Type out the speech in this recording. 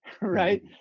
right